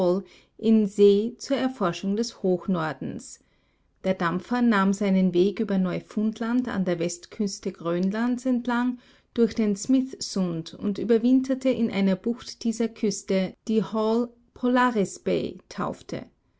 in see zur erforschung des hochnordens der dampfer nahm seinen weg über neufundland an der westküste grönlands entlang durch den smith sund und überwinterte in einer bucht dieser küste die hall polaris bay taufte